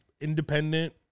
independent